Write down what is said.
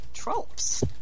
Tropes